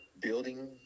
building